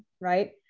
right